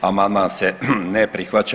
Amandman se ne prihvaća.